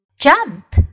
Jump